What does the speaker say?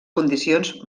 condicions